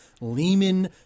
Lehman